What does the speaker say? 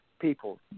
people